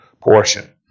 portion